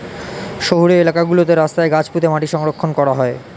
শহুরে এলাকা গুলোতে রাস্তায় গাছ পুঁতে মাটি সংরক্ষণ করা হয়